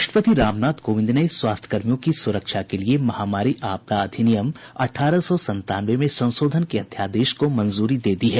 राष्ट्रपति रामनाथ कोविंद ने स्वास्थ्यकर्मियों की सुरक्षा के लिए महामारी आपदा अधिनियम अठारह सौ संतानवे में संशोधन के अध्यादेश को मंजूरी दे दी है